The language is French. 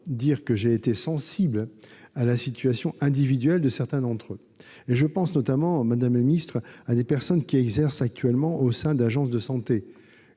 dire que j'ai été sensible à la situation individuelle de certains de ces praticiens. Je pense notamment à toutes ces personnes qui exercent actuellement au sein d'agences de santé,